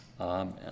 Amen